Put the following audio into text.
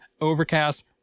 Overcast